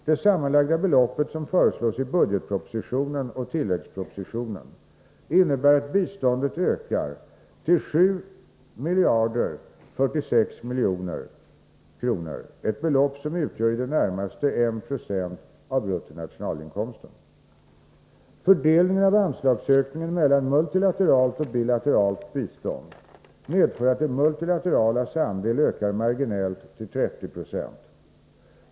Det sammanlagda beloppet som föreslås i budgetpropositionen och tilläggspropositionen innebär att biståndet ökar till 7 046 milj.kr., ett belopp som utgör i det närmaste 1 96 av bruttonationalinkomsten. Fördelningen av anslagsökningen mellan multilateralt och bilateralt bistånd medför att det multilateralas andel ökar marginellt till 30 26.